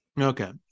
Okay